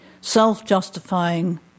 self-justifying